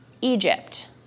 Egypt